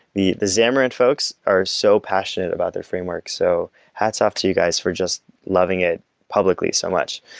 the the xamarin folks are so passionate about their framework, so hats off to you guys for just loving it publicly so much.